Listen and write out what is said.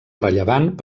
rellevant